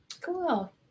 Cool